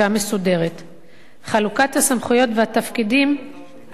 חלוקת הסמכויות והתפקידים אף אינה ברורה לגמרי.